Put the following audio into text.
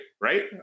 right